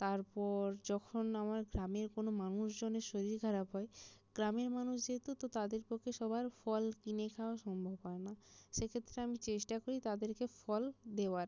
তারপর যখন আমার গ্রামের কোনো মানুষজনের শরীর খারাপ হয় গ্রামের মানুষ যেহেতু তো তাদের পক্ষে সবার ফল কিনে খাওয়া সম্ভব হয় না সেক্ষেত্রে আমি চেষ্টা করি তাদেরকে ফল দেওয়ার